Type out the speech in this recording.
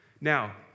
Now